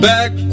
Back